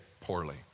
poorly